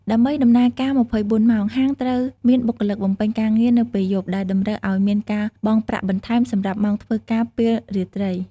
ដើម្បីដំណើរការ ២៤ ម៉ោង ហាងត្រូវមានបុគ្គលិកបំពេញការងារនៅពេលយប់ ដែលតម្រូវឲ្យមានការបង់ ប្រាក់បន្ថែមសម្រាប់ម៉ោងធ្វើការពេលរាត្រី។